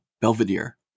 Belvedere